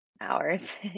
hours